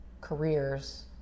careers